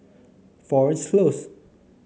Florence Close